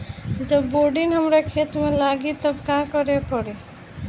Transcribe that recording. जब बोडिन हमारा खेत मे लागी तब का करे परी?